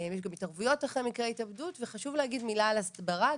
יש גם התערבויות אחרי מקרי התאבדות וחשוב להגיד מילה על הסברה,